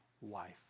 wife